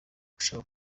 gushaka